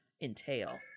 entail